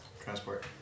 Transport